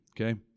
Okay